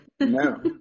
No